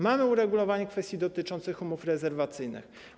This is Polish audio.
Mamy uregulowanie kwestii dotyczących umów rezerwacyjnych.